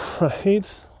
Right